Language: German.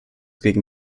gegen